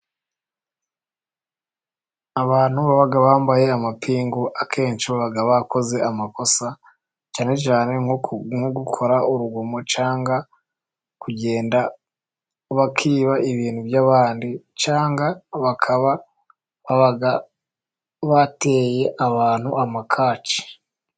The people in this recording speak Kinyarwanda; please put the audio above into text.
Abantu baba bambaye amapingu, akenshi baba bakoze amakosa, cyane cyane nko gukora urugomo cyangwa kugenda bakiba ibintu by'abandi, cyangwa bakaba baba bateye abantu amakaci.